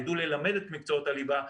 יידעו ללמד את מקצועות הליבה,